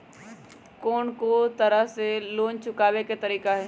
कोन को तरह से लोन चुकावे के तरीका हई?